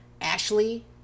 Ashley